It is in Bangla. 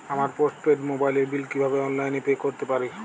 আমার পোস্ট পেইড মোবাইলের বিল কীভাবে অনলাইনে পে করতে পারি?